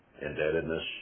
indebtedness